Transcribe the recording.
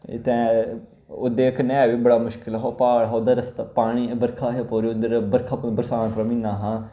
ते ओह् ते कन्नै है बी बड़ा मुश्कल हा प्हाड़ हा उद्धर रस्ता बरखा ही उद्धर बरसांत दा म्हीना हा